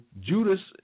Judas